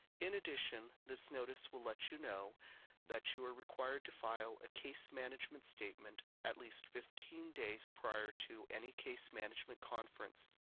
in addition, this notice will let you know that you are required to file a case management statement at least fifteen days prior to any case management conference.